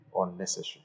Unnecessary